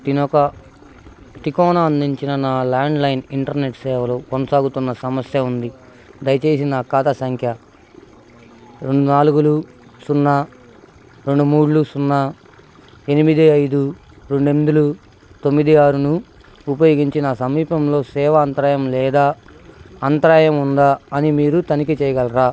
తినొక తికోనా అందించిన నా landline internet సేవలో కొనసాగుతున్న సమస్య ఉంది దయచేసి నా ఖాతా సంఖ్య రెండు నాలుగులు సున్నా రెండు మూడులు సున్నా ఎనిమిది ఐదు రెండెందులు తొమ్మిది ఆరును ఉపయోగించి నా సమీపంలో సేవ అంతరాయం లేదా అంతరాయం ఉందా అని మీరు తనిఖీ చేయగలరా